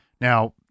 Now